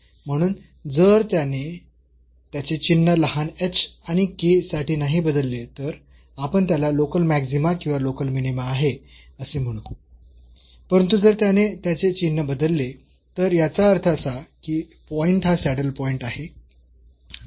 म्हणून जर त्याने त्याचे चिन्ह लहान h आणि k साठी नाही बदलले तर आपण त्याला लोकल मॅक्सीमा किंवा लोकल मिनीमा आहे असे म्हणू परंतु जर त्याने त्याचे चिन्ह बदलले तर याचा अर्थ असा की पॉईंट हा सॅडल पॉईंट आहे